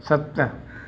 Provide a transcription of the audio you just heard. सत